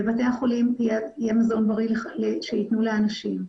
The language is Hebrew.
בבתי החולים יהיה מזון בריא שיתנו לאנשים,